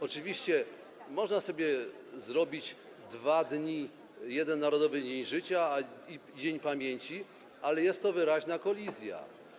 Oczywiście można sobie zrobić 2 dni, Narodowy Dzień Życia i dzień pamięci, ale jest to wyraźna kolizja.